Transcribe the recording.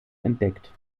entdeckt